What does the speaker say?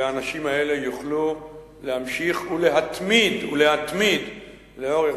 והאנשים האלה יוכלו להמשיך ולהתמיד לאורך